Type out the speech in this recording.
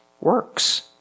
works